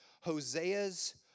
Hosea's